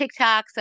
TikToks